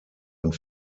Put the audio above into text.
und